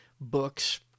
books